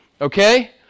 okay